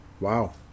Wow